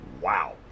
Wow